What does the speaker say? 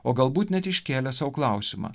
o galbūt net iškėlė sau klausimą